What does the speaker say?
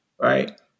Right